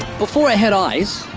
before it had eyes,